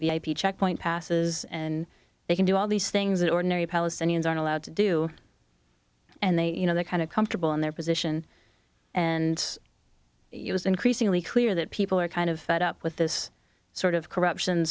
know checkpoint passes and they can do all these things that ordinary palestinians are allowed to do and they you know they're kind of comfortable in their position and it was increasingly clear that people are kind of fed up with this sort of corruption